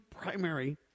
primary